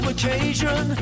occasion